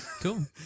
Cool